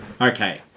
Okay